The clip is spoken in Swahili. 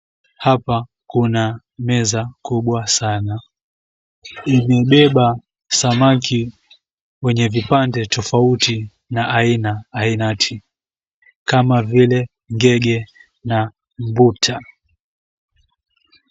Hapa kuna meza kubwa sana. Imebeba samaki wenye vipande tofauti na aina ainati kama vile ngege na mbuta .